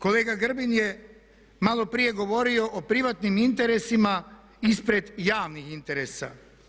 Kolega Grbin je maloprije govorio o privatnim interesima ispred javnih interesa.